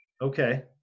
Okay